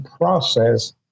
process